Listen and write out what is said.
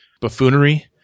buffoonery